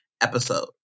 episode